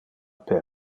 pro